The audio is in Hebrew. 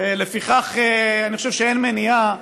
ולפיכך אני חושב שאין מניעה,